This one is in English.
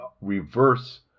reverse